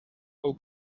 our